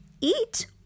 eat